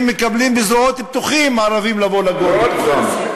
מקבלים בזרועות פתוחות ערבים לבוא לגור בתוכם.